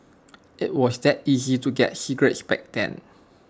IT was that easy to get cigarettes back then